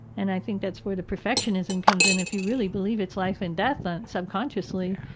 and i think that's where the perfectionism comes in if you really believe it's life and death on subconsciously,